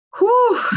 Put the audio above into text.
whoo